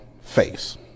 face